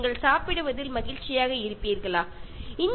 നിങ്ങളുടെ ഭാര്യയെ മറ്റു ആൾക്കാരുമായി പങ്കുവയ്ക്കുവാൻ തയ്യാറാവുമോ